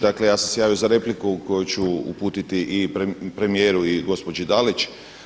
Dakle ja sam se javio za repliku koju ću uputiti i premijeru i gospođi Dalić.